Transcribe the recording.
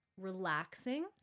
relaxing